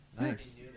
nice